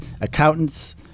accountants